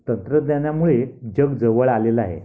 तंत्रज्ञानामुळे जग जवळ आलेलं आहे